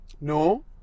No